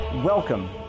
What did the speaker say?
Welcome